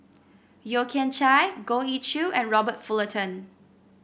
Yeo Kian Chai Goh Ee Choo and Robert Fullerton